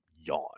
yawn